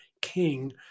king